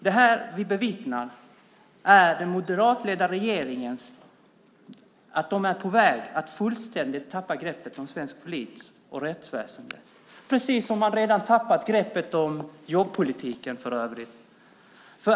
Det vi bevittnar visar att den moderatledda regeringen är på väg att fullständigt tappa greppet om svensk polis och rättsväsendet, precis som man redan har tappat greppet om jobbpolitiken.